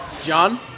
John